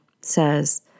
says